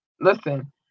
listen